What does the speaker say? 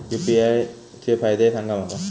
UPI चे फायदे सांगा माका?